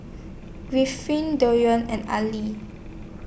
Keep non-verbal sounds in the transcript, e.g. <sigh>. Griffith <unintelligible> and Aili